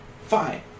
fine